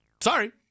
sorry